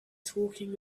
talking